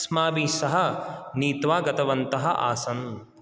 अस्माबिस्सह नीत्वा गतवन्तः आसन्